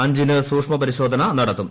അഞ്ചിന്റ് സൂക്ഷ്മ പരിശോധന നടത്തും